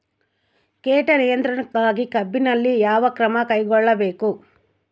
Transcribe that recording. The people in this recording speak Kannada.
ಕೇಟ ನಿಯಂತ್ರಣಕ್ಕಾಗಿ ಕಬ್ಬಿನಲ್ಲಿ ಯಾವ ಕ್ರಮ ಕೈಗೊಳ್ಳಬೇಕು?